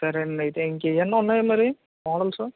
సరే అండి అయితే ఇంకేమన్న ఉన్నాయా మరి మోడల్సు